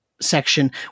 section